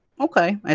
okay